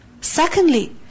Secondly